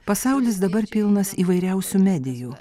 pasaulis dabar pilnas įvairiausių medijų